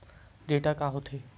Data का होथे?